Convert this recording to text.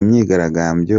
myigaragambyo